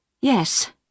Yes